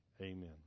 Amen